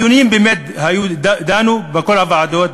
היו באמת דיונים בכל הוועדות,